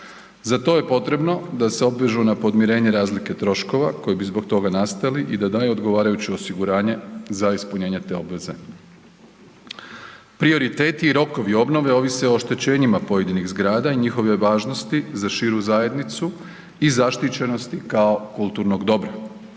Za to je potrebno da se obvežu na podmirenje razlike troškova koji bi zbog toga nastali i da daju odgovarajuće osiguranje za ispunjenje te obveze. Prioriteti i rokovi obnove ovise o oštećenjima pojedinih zgrada i njihove važnosti za širu zajednicu i zaštićenosti kao kulturnoga dobra.